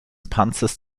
panzers